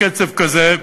בקצב כזה,